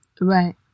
Right